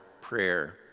prayer